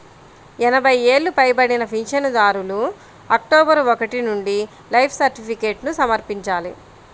ఎనభై ఏళ్లు పైబడిన పింఛనుదారులు అక్టోబరు ఒకటి నుంచి లైఫ్ సర్టిఫికేట్ను సమర్పించాలి